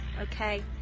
okay